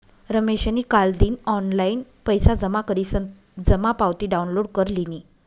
रमेशनी कालदिन ऑनलाईन पैसा जमा करीसन जमा पावती डाउनलोड कर लिनी